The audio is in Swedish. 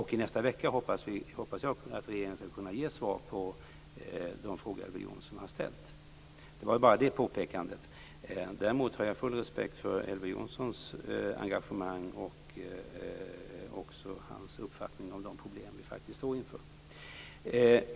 I nästa vecka hoppas jag att regeringen skall kunna ge svar på de frågor Elver Jonsson har ställt. Det var bara det påpekandet. Däremot har jag full respekt för Elver Jonssons engagemang och hans uppfattning om de problem som vi faktiskt står inför.